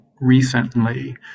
recently